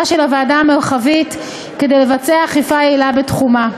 של הוועדה המרחבית כדי לבצע אכיפה יעילה בתחומה.